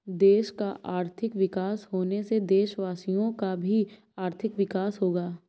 देश का आर्थिक विकास होने से देशवासियों का भी आर्थिक विकास होगा